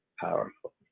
Powerful